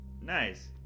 nice